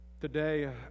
Today